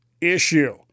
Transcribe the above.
issue